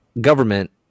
government